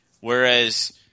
Whereas